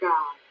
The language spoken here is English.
God